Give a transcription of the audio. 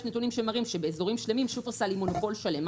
יש נתונים שמראים שבאזורים שלמים שופרסל היא מונופול שלם.